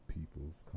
People's